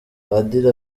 padiri